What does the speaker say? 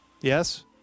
Yes